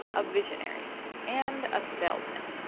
a visionary and a salesman,